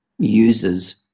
users